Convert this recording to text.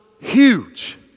huge